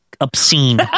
obscene